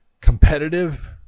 competitive